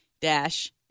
dash